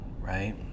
right